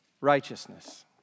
righteousness